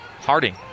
Harding